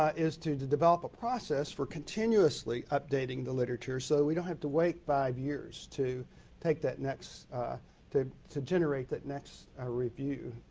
ah is to to develop a process for continuously updating the literature so we don't have to wait five years to take that next or to generate that next review.